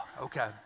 Okay